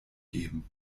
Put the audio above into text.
geben